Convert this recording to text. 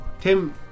Tim